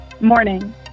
Morning